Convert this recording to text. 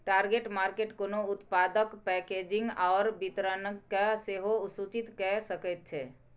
target market कोनो उत्पादक packaging आओर वितरणकेँ सेहो सूचित कए सकैत छै